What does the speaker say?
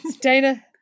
Dana